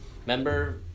Remember